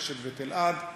רשת וטלעד,